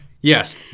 yes